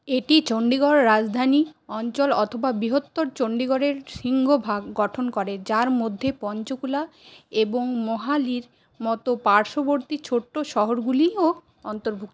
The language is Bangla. এটি চণ্ডীগড় রাজধানী অঞ্চল অথবা বৃহত্তর চণ্ডীগড়ের সিংহভাগ গঠন করে যার মধ্যে পঞ্চকুলা এবং মোহালির মতো পার্শ্ববর্তী ছোট্ট শহরগুলিও অন্তর্ভুক্ত